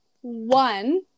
one